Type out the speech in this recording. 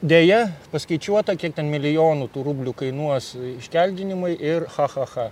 deja paskaičiuota kiek ten milijonų tų rublių kainuos iškeldinimai ir cha cha cha